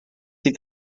sydd